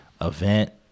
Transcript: event